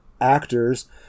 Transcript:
actors